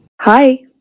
hi